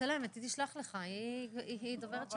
לסעיפים 3 ו-4 אין הסתייגויות.